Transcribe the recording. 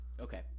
Okay